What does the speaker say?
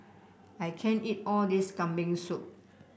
I can't eat all this Kambing Soup